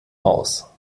aus